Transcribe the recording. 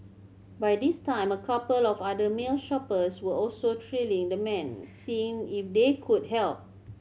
by this time a couple of other male shoppers were also trailing the man seeing if they could help